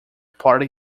party